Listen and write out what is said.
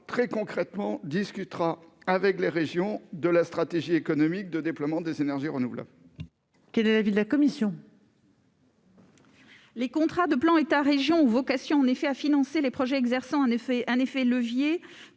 très concrètement avec les régions de la stratégie économique de déploiement des énergies renouvelables. Quel est l'avis de la commission ? Les contrats de plan État-région ont vocation à financer les projets exerçant un effet levier